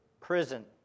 prison